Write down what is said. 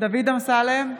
דוד אמסלם,